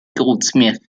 goldsmith